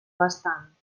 bastant